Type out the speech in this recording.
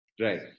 Right